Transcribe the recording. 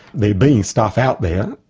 there being stuff out there,